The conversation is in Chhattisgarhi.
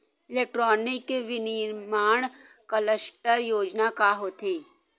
इलेक्ट्रॉनिक विनीर्माण क्लस्टर योजना का होथे?